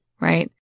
right